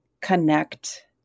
connect